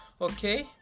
Okay